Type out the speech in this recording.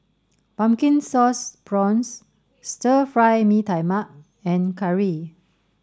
pumpkin sauce prawns Stir Fry Mee Tai Mak and curry